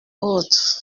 autre